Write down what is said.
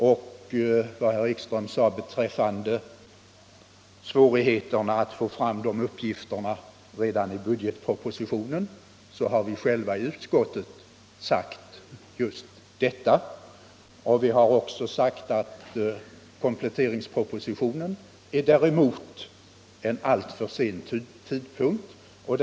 När det gäller herr Ekströms uttalande om svårigheterna att få fram uppgifterna redan till budgetpropositionen vill jag framhålla att vi i utskottsbetänkandet just påpekat detta. Vi har också sagt att uppgifterna kommer vid en alltför sen tidpunkt om de presenteras i kompletteringspropositionen.